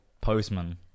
postman